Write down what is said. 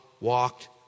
walked